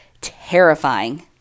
terrifying